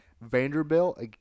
vanderbilt